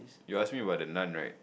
you ask me about the Nun right